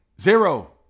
Zero